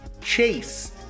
Chase